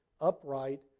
upright